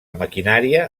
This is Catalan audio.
maquinària